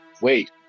wait